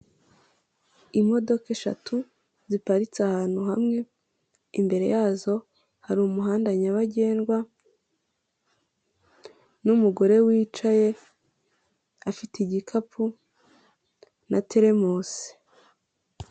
Hoteri yitwa Regasi hoteri aho iherereye ikaba ifite amarangi y'umuhondo ndetse avanze na y'umweru, ikaba iri ahantu heza cyane ku muhanda hari amahumbezi hateye n'ibiti bishobora gutanga akayaga.